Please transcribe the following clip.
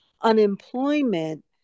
unemployment